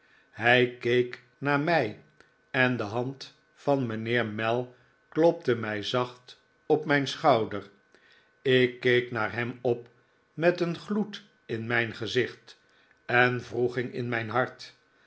hij keek naar mij en de hand van mijnheer mell klopte mij zacht op mijn schouder ik keek naar hem op met een gloed in mijn gezicht en wroeging in mijn hart